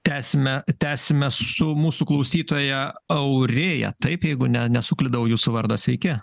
tęsime tęsime su mūsų klausytoja aurėja taip jeigu ne nesuklydau jusų vardas sveiki